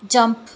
jump